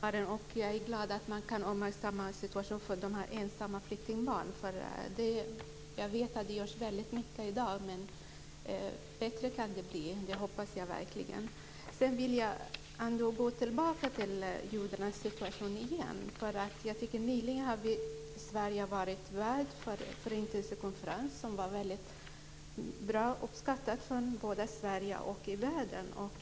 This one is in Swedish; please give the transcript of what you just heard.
Herr talman! Jag är glad att man uppmärksammar situationen för ensamma flyktingbarn. Jag vet att det görs väldigt mycket i dag, men bättre kan det bli, och det hoppas jag verkligen. Jag vill ändå gå tillbaka till judarnas situation. Nyligen har Sverige varit värd för Förintelsekonferensen, som var väldigt bra och uppskattad både i Sverige och i världen.